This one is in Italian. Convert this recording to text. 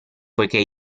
poiché